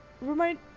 Remind